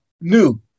new